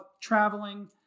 traveling